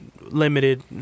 limited